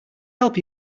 help